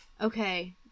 Okay